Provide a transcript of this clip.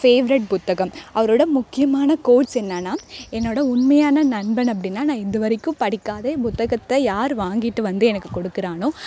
favourite புத்தகம் அவரோடய முக்கியமான கோர்ட்ஸ் என்னன்னா என்னோடய உண்மையான நண்பன் அப்படின்னா நான் இது வரைக்கும் படிக்காத புத்தகத்தை யார் வாங்கிட்டு வந்து எனக்கு கொடுக்குறானோ